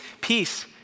Peace